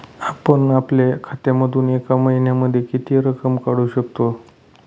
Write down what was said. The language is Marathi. आपण आपल्या खात्यामधून एका महिन्यामधे किती रक्कम काढू शकतो?